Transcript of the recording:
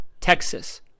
texas